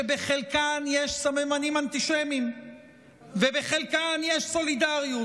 בחלקן יש סממנים אנטישמיים ובחלקן יש סולידריות,